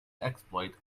exploit